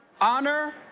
honor